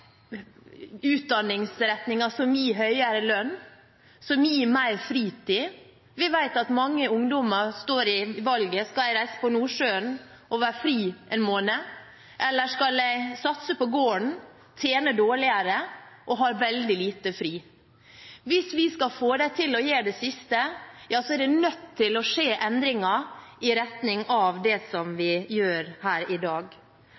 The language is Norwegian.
utdanningsretninger som gir høyere lønn og mer fritid. Vi vet at mange ungdommer står i valget: Skal jeg reise i Nordsjøen og være fri en måned, eller skal jeg satse på gården, tjene dårligere og ha veldig lite fri? Hvis vi skal få dem til å gjøre det siste, er det nødt til å skje endringer i retning av det som vi gjør her i dag.